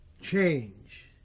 change